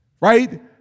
right